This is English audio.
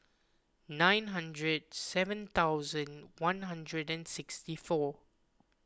nine hundred seven thousand one hundred and sixty four